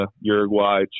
Uruguay